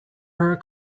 her